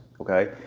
okay